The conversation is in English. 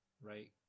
right